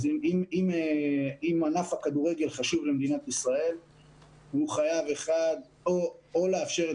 אז אם ענף הכדורגל חשוב למדינת ישראל הוא חייב או לאפשר את